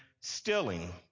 stilling